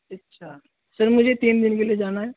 اچھا سر مجھے تین دن کے لیے جانا ہے